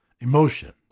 Emotions